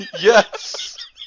Yes